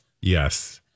Yes